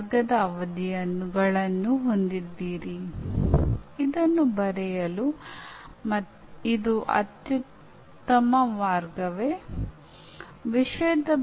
ಮತ್ತು ನೀವು ಅದನ್ನು ತರಗತಿಗೆ ತರಲು ಸಾಕಷ್ಟು ಪ್ರಯತ್ನ ಹಾಗೂ ಸಾಕಷ್ಟು ಸಮಯ ಬೇಕು